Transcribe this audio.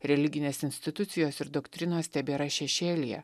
religinės institucijos ir doktrinos tebėra šešėlyje